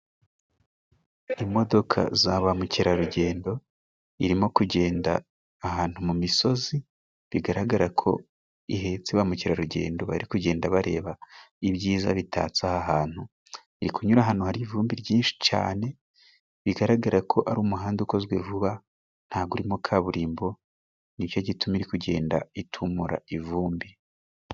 Imodoka za ba mukerarugendo irimo kugenda ahantu mu misozi, bigaragara ko ihetse ba mukerarugendo bari kugenda bareba ibyiza bitatse aha hantu. Iri kunyura ahantu hari ivumbi ryinshi cyane, bigaragara ko ari umuhanda ukozwe vuba, nta bwo urimo kaburimbo, ni cyo gituma iri kugenda itumura ivumbi.